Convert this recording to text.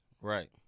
Right